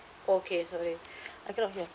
okay sorry I cannot hear